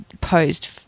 posed